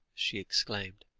she exclaimed.